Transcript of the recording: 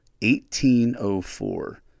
1804